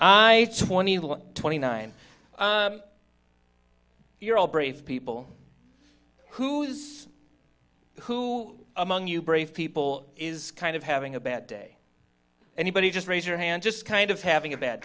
i twenty one twenty nine you're all brave people who's who among you brave people is kind of having a bad day anybody just raise your hand just kind of having a bad